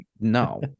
no